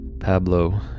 Pablo